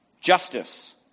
Justice